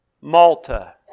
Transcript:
Malta